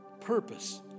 purpose